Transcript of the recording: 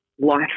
life